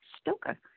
Stoker